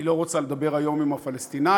היא לא רוצה לדבר היום עם הפלסטינים,